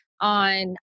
on